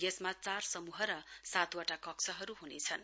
यसमा चार समूह र सातवटा कक्षहरु हुनेछन्